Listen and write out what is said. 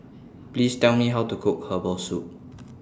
Please Tell Me How to Cook Herbal Soup